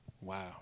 Wow